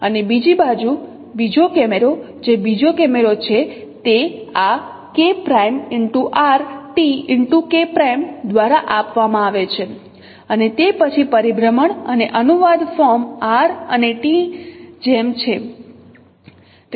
અને બીજી બાજુ બીજો કેમેરો જે બીજો કેમેરો છે તે આ દ્વારા આપવામાં આવે છે અને તે પછી પરિભ્રમણ અને અનુવાદ ફોર્મ R અને t જેમ છે